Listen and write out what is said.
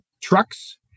trucks